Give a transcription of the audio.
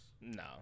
No